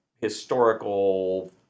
historical